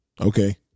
Okay